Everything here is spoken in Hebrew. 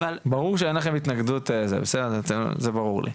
--- ברור שאין לכם התנגדות, בסדר, זה ברור לי.